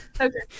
okay